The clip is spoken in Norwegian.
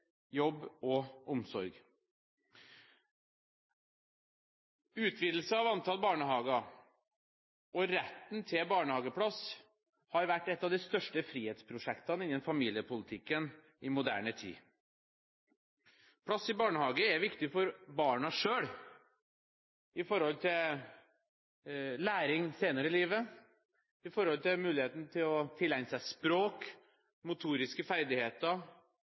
jobb og omsorg. Utvidelse av antall barnehager og retten til barnehageplass har vært et av de største frihetsprosjektene innen familiepolitikken i moderne tid. Plass i barnehage er viktig for barna selv – når det gjelder læring senere i livet, når det gjelder muligheten til å tilegne seg språk, motoriske ferdigheter,